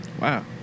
Wow